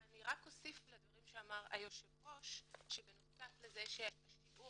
אני רק אוסיף לדברים שאמר היושב-ראש שבנוסף לכך ששיעור